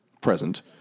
present